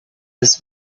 his